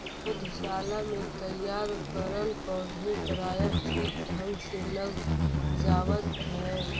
पौधशाला में तैयार करल पौधे प्रायः ठीक ढंग से लग जावत है